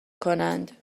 کنند